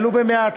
ולו במעט,